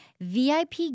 VIP